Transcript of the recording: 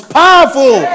powerful